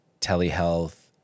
telehealth